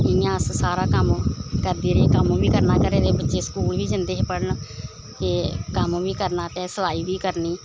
ते इ'यां अस सारा कम्म करदे रेह् कम्म बी करना घरै दे बच्चे स्कूल बी जंदे हे पढ़न ते कम्म बी करना ते सलाई बी करनी